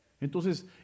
Entonces